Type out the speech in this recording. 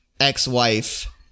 ex-wife